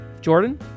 Jordan